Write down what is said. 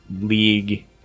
league